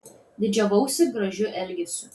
didžiavausi gražiu elgesiu